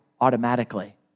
automatically